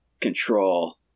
control